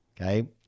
Okay